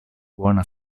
buona